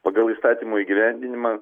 pagal įstatymo įgyvendinimą